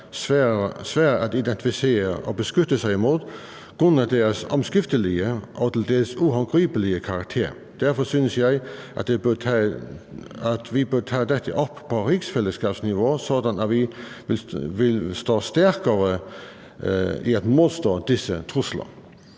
svære at identificere og beskytte sig imod grundet deres omskiftelige og til dels uhåndgribelige karakter. Derfor synes jeg, at vi bør tage dette op på rigsfællesskabsniveau, sådan at vi vil stå stærkere i at modstå disse trusler.